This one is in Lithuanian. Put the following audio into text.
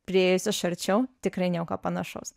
priėjus iš arčiau tikrai nieko panašaus